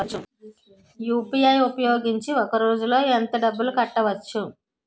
UPI ఉపయోగించి ఒక రోజులో ఎంత డబ్బులు కట్టవచ్చు?